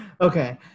okay